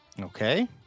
Okay